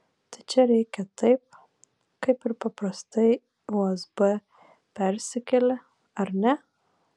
tai čia reikia taip kaip ir paprastai usb persikeli ar ne